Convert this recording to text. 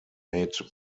made